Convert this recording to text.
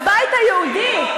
שהבית היהודי,